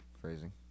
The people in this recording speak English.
Phrasing